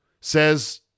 Says